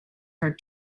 her